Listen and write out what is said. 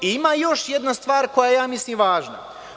Ima još jedna stvar koja je mislim važna.